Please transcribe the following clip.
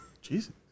Jesus